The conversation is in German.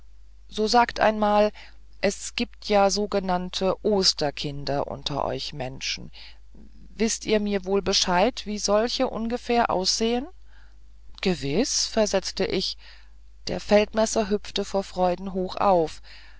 so sagt einmal es gibt ja sogenannte osterkinder unter euch menschen wißt ihr mir wohl bescheid wie solche ungefähr aussehn gewiß versetzte ich der feldmesser hüpfte vor freuden hoch auf